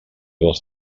dels